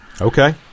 Okay